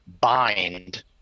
bind